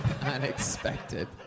Unexpected